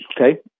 Okay